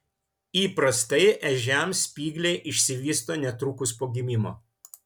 įprastai ežiams spygliai išsivysto netrukus po gimimo